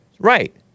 Right